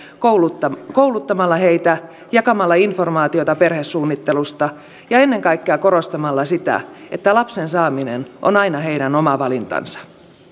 kouluttamalla kouluttamalla heitä jakamalla informaatiota perhesuunnittelusta ja ennen kaikkea korostamalla sitä että lapsen saaminen on aina heidän oma valintansa